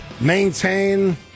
maintain